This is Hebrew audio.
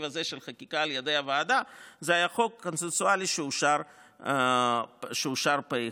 הזה של חקיקה על ידי הוועדה זה היה חוק קונסנזואלי שאושר פה אחד.